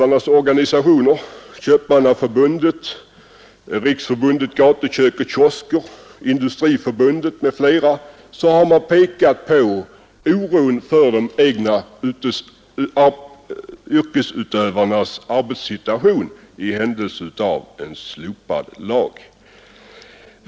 Riksförbundet Gatukök & kiosknäring, Industriförbundet m.fl. — har man pekat på oron för de egna yrkesutövarnas arbetssituation i händelse av en slopad lag.